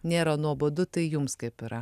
nėra nuobodu tai jums kaip yra